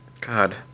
God